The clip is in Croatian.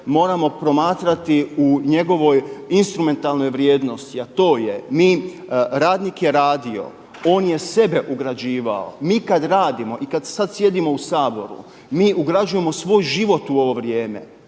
moramo promatrati u njegovoj instrumentalnoj vrijednosti a to je, mi, radnik je radio, on je sebe ugrađivao. Mi kad radimo i kad sad sjedimo u Saboru mi ugrađujemo svoj život u ovo vrijeme,